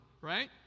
right